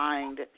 Mind